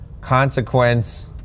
consequence